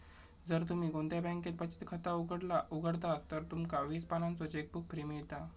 जर तुम्ही कोणत्या बॅन्केत बचत खाता उघडतास तर तुमका वीस पानांचो चेकबुक फ्री मिळता